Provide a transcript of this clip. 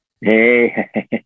Hey